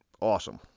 Awesome